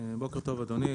בוקר טוב, אדוני.